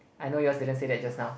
I know yours didn't say that just now